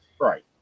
right